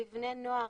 לבני נוער,